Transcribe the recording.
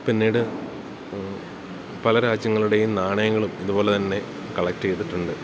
പിന്നീട് പല രാജ്യങ്ങളുടേയും നാണയങ്ങളും ഇതുപോലെ തന്നെ കളക്ട് ചെയ്തിട്ടുണ്ട്